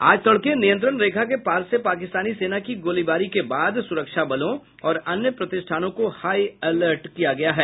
आज तड़के नियंत्रण रेखा के पार से पाकिस्तानी सेना की गोलीबारी के बाद सुरक्षाबलों और अन्य प्रतिष्ठानों को हाई अलर्ट किया गया है